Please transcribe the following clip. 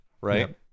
right